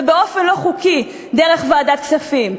ובאופן לא חוקי דרך ועדת הכספים?